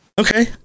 Okay